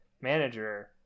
manager